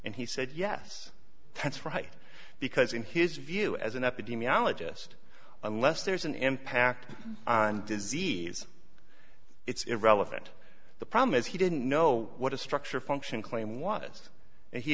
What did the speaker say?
and he said yes that's right because in his view as an epidemiologist unless there's an impact on disease it's relevant the problem is he didn't know what a structure function claim was and he